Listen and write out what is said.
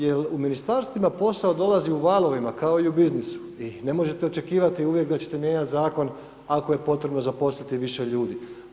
Jer u ministarstvima posao dolazi u valovima, kao i u biznisu i ne možete očekivati uvijek, da ćete mijenjati zakon, ako je potrebno zaposliti više ljudi.